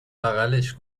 بغلش